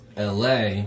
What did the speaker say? LA